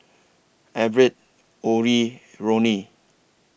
Everette Orrie Roni